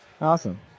Awesome